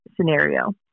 scenario